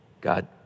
God